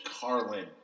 Carlin